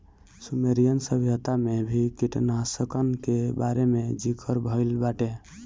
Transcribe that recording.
Sumerian सभ्यता में भी कीटनाशकन के बारे में ज़िकर भइल बाटे